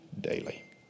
daily